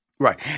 Right